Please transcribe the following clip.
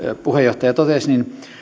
puheenjohtaja totesi